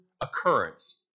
occurrence